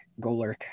Golurk